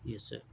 yes sir